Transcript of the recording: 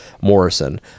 Morrison